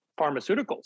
pharmaceuticals